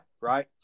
right